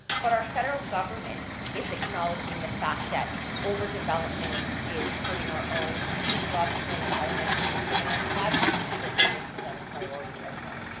but our federal government is acknowledging the fact that overdevelopment is is hurting our own ecological and environmental system, and i'm glad to see that they're making that a priority right now.